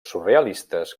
surrealistes